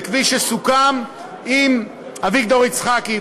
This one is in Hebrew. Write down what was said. וכפי שסוכם עם אביגדור יצחקי,